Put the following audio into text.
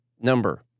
number